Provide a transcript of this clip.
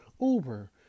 Uber